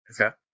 Okay